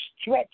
stretch